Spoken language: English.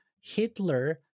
Hitler